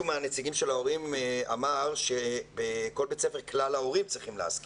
מנציגי ההורים בכל בית ספר כלל ההורים צריכים להסכים